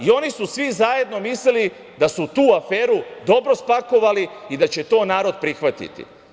Oni su svi zajedno mislili da su tu aferu dobro spakovali i da će to narod prihvatiti.